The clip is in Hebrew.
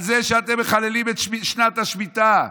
על זה שאתם מחללים את שנת השמיטה,